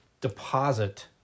deposit